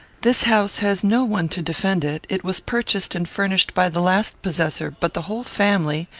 this house has no one to defend it. it was purchased and furnished by the last possessor but the whole family,